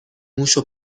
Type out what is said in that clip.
موشو